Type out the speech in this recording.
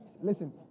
Listen